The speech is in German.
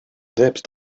selbst